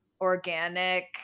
organic